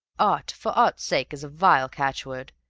art for art's sake is a vile catchword,